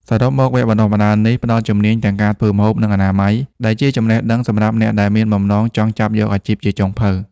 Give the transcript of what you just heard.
សរុបមក វគ្គបណ្ដុះបណ្ដាលនេះផ្ដល់ជំនាញទាំងការធ្វើម្ហូប និងអនាម័យ ដែលជាចំណេះដឹងសម្រាប់អ្នកដែលមានបំណងចង់ចាប់យកអាជីពជាចុងភៅ។